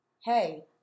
hey